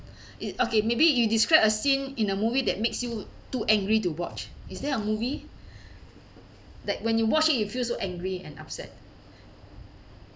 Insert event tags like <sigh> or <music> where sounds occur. it okay maybe you describe a scene in a movie that makes you too angry to watch is there a movie <breath> that when you watch it you feel so angry and upset